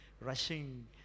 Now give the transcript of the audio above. rushing